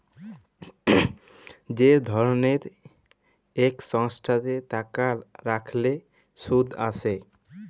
যে ধরলের ইক সংস্থাতে টাকা রাইখলে সুদ আসে